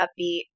upbeat